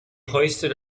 hoisted